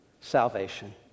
salvation